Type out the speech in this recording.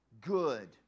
good